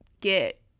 get